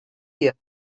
hier